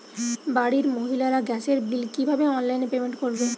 বাড়ির মহিলারা গ্যাসের বিল কি ভাবে অনলাইন পেমেন্ট করবে?